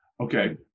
Okay